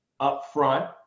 upfront